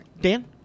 Dan